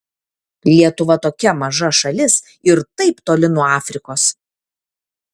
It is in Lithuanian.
lietuva tokia maža šalis ir taip toli nuo afrikos